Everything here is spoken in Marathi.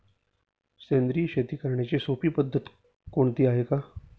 सेंद्रिय शेती करण्याची सोपी पद्धत कोणती आहे का?